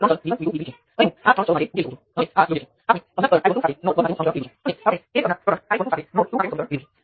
અહીં સર્કિટ છે અને આપણી પાસે નોડ 1 અને 2 વચ્ચે જોડાયેલ કરંટ નિયંત્રિત કરંટ સ્ત્રોત k IX છે